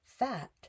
Fat